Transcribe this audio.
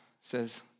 says